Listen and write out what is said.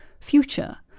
future